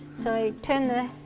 so turn the